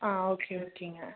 ஆ okay ஓகேங்க